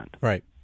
right